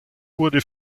wurde